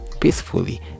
peacefully